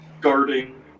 guarding